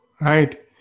right